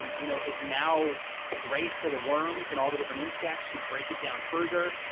you know is now great for the worms and all the different insects who break it down further.